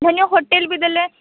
ଧରିନିଅ ହୋଟେଲ୍ ବି ଦେଲେ